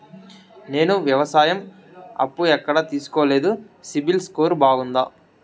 నేను వ్యవసాయం అప్పు ఎక్కడ తీసుకోలేదు, సిబిల్ స్కోరు బాగుందా?